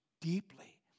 deeply